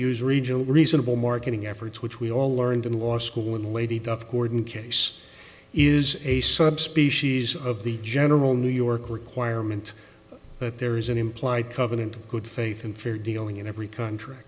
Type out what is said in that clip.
use regional reasonable marketing efforts which we all learned in law school in lady duff gordon case is a subspecies of the general new york requirement that there is an implied covenant of good faith and fair dealing in every contr